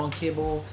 cable